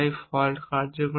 তাই fault attack নামে পরিচিত